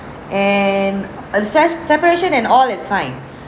and err stress separation and all is fine